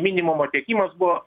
minimumo tiekimas buvo